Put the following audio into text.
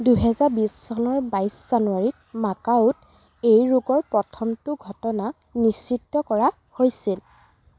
দুহেজাৰ বিছ চনৰ বাইছ জানুৱাৰীত মাকাওত এই ৰোগৰ প্ৰথমটো ঘটনা নিশ্চিত কৰা হৈছিল